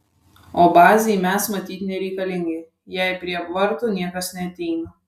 o bazei mes matyt nereikalingi jei prie vartų niekas neateina